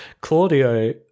Claudio